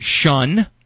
shun